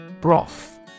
Broth